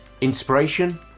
Inspiration